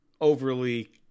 overly